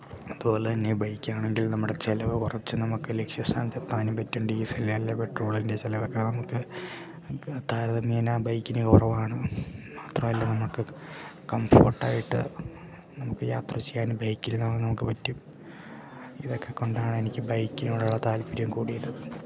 അതുപോലെതന്നെ ബൈക്കാണെങ്കിൽ നമ്മുടെ ചിലവ് കുറച്ച് നമുക്ക് ലക്ഷ്യസ്ഥാനത്തെത്താനുമ്പറ്റും ഡീസല് അല്ലെ പെട്രോളിൻ്റെ ചിലവൊക്കെ നമുക്ക് താരതമ്യേന ബൈക്കിനു കുറവാണ് മാത്രമല്ല നമുക്ക് കംഫോട്ടായിട്ട് നമുക്ക് യാത്ര ചെയ്യാനും ബൈക്കിലിരുന്നാണെങ്കിൽ നമുക്ക് പറ്റും ഇതൊക്കെക്കൊണ്ടാണ് എനിക്ക് ബൈക്കിനോടുള്ള താല്പര്യം കൂടിയത്